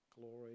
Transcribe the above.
glory